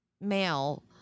male